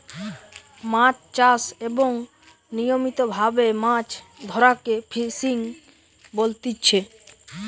মাছ চাষ এবং নিয়মিত ভাবে মাছ ধরাকে ফিসিং বলতিচ্ছে